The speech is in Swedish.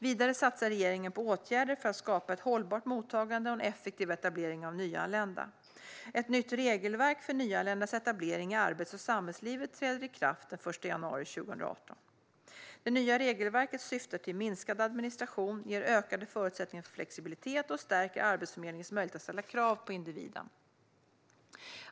Vidare satsar regeringen på åtgärder för att skapa ett hållbart mottagande och en effektiv etablering av nyanlända. Ett nytt regelverk för nyanländas etablering i arbets och samhällslivet träder i kraft den 1 januari 2018. Det nya regelverket syftar till minskad administration, ger förbättrade förutsättningar för flexibilitet och stärker Arbetsförmedlingens möjligheter att ställa krav på individen.